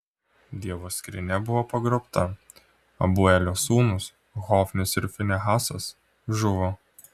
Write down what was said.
dievo skrynia buvo pagrobta abu elio sūnūs hofnis ir finehasas žuvo